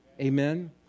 Amen